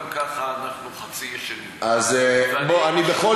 גם ככה אנחנו חצי ישנים, ואני, באיזה חלום.